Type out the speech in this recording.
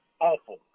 awful